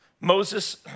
Moses